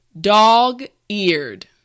Dog-eared